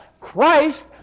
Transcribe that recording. Christ